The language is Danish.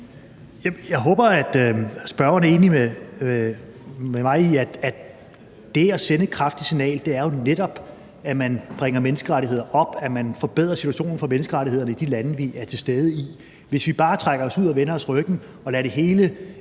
Jeg håber, at spørgeren er enig med mig i, at det at sende et kraftigt signal jo netop er, at man bringer menneskerettighederne op, og at man forbedrer situationen i forhold til menneskerettigheder i de lande, som vi i forvejen er til stede i. Hvis vi bare trækker os ud og vender ryggen til og lader det hele